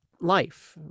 life